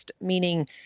meaning